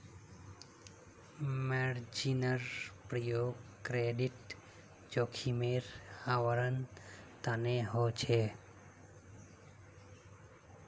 मार्जिनेर प्रयोग क्रेडिट जोखिमेर आवरण तने ह छे